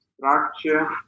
structure